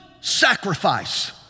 sacrifice